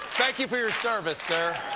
thank you for your service, sir.